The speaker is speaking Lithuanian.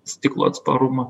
stiklo atsparumą